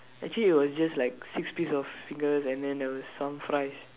actually it was just like six piece of fingers and then there were some fries